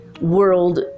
world